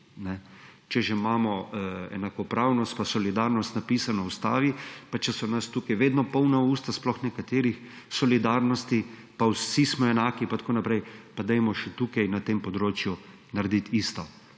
Če že imamo enakopravnost in solidarnost napisano v ustavi, pa če so nas tukaj vedno polna usta, sploh nekaterih, solidarnosti in vsi smo enaki in tako naprej, pa dajmo še tukaj na tem področju narediti isto,